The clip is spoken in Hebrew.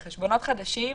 לא בחשבונות חדשים.